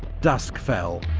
dusk fell,